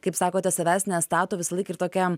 kaip sakote savęs nestato visą laiką ir tokia